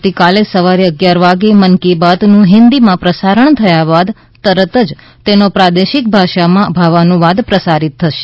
આવતીકાલે સવારે અગીયાર વાગે મન કી બાતનું હિદીમાં પ્રસારણ થયા બાદ તરત જ તેનો પ્રાદેશિક ભાષાઓમાં ભાવાનુવાદ પ્રસારીત થશે